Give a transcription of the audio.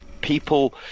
people